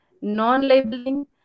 non-labeling